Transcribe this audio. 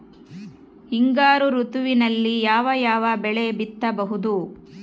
ಹಿಂಗಾರು ಋತುವಿನಲ್ಲಿ ಯಾವ ಯಾವ ಬೆಳೆ ಬಿತ್ತಬಹುದು?